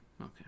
okay